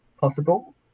possible